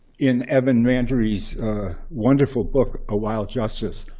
in evan mandery's wonderful book, a wild justice,